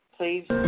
Please